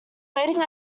waiting